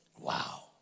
Wow